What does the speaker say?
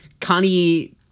Connie